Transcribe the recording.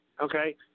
okay